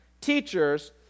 teachers